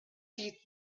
teeth